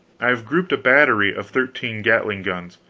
i've grouped a battery of thirteen gatling guns,